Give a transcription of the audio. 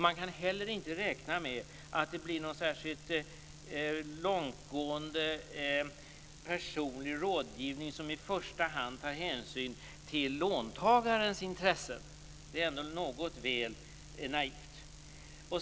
Man kan heller inte räkna med att det blir någon särskilt långtgående personlig rådgivning som i första hand tar hänsyn till låntagarens intressen. Det är ändå något väl naivt.